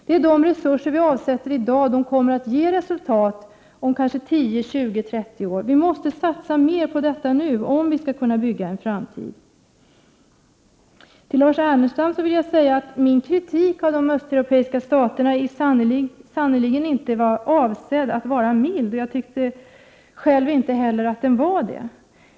De resurser som vi avsätter i dag ger resultat om kanske 10, 20 eller 30 år. Vi måste satsa mera om vi skall kunna bygga en framtid. Till Lars Ernestam vill jag säga att min kritik av öststaterna sannerligen inte var avsedd att vara mild. Jag tycker själv inte heller att den var det.